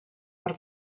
per